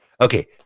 Okay